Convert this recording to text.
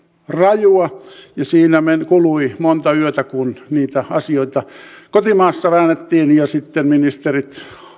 rajua ja siinä kului monta yötä kun niitä asioita kotimaassa väännettiin ja sitten ministerit